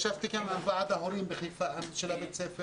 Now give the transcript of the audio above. נפגשתי עם ועד ההורים של בית הספר